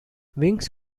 wings